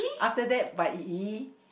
after that but yi-yi